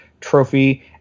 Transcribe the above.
trophy